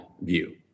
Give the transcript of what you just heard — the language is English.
view